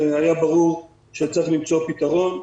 היה ברור שצריך למצוא פתרון.